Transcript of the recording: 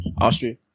Austria